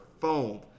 phone